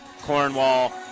Cornwall